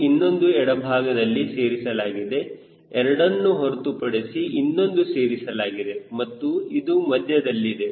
ಇದು ಇನ್ನೊಂದು ಎಡಭಾಗದಲ್ಲಿ ಸೇರಿಸಲಾಗಿದೆ ಎರಡನ್ನು ಹೊರತುಪಡಿಸಿ ಇನ್ನೊಂದು ಸೇರಿಸಲಾಗಿದೆ ಮತ್ತು ಇದು ಮಧ್ಯದಲ್ಲಿದೆ